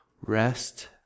rest